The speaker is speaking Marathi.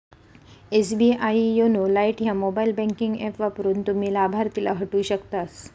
एस.बी.आई योनो लाइट ह्या मोबाईल बँकिंग ऍप वापरून, तुम्ही लाभार्थीला हटवू शकतास